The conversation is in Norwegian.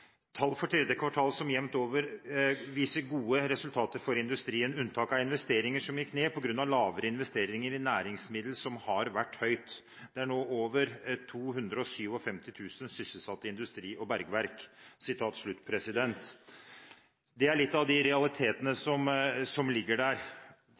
tall for tredje kvartal jevnt over viser gode resultater for industrien. Og videre: «Unntaket er investeringer som gikk ned på grunn av lavere investeringer i næringsmiddel, som har vært høyt. Det er nå over 257.000 sysselsatte i industri og bergverk.» Det er litt av de realitetene som ligger der.